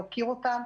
להוקיר אותם.